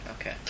Okay